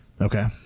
Okay